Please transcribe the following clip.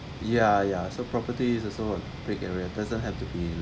ya ya so property is also on break area doesn't have to be